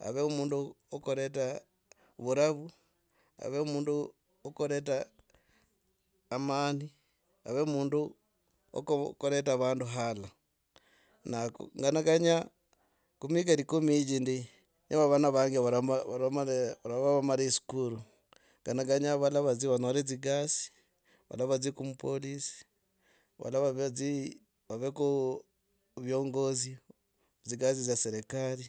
Ave mundu wokureta vuravu, ave mundu wokureta amani, ave woku, wokureta vandu halala. Naku nganakanya kumihiga likumi hichi ndi neva vana vange varama, varama varava vomari iskulu nganakanya valava, vadzie vanyole dzi gasi, vadziku mupolisi, valala vadzi vaveko viongozi dzi gasi dzya serekali,